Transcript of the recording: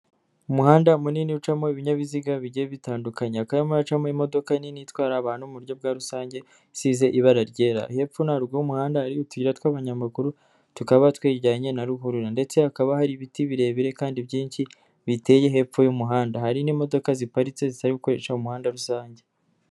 Umuhanda munini ucamo ibinyabiziga bigiye bitandukanye. hakaba hari haracamo imodoka nini itwara abantu mu buryo bwa rusange isize ibara ryera. Hepfo no haruguru y'umuhanda hari utuyira tw'abanyamaguru, tukaba twegeranye na ruhurura. Ndetse hakaba hari ibiti birebire kandi byinshi biteye hepfo y'umuhanda. Hari n'imodoka ziparitse zitari gukoresha umuhanda rusange.